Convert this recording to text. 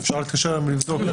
אפשר להתקשר אליהם ולבדוק.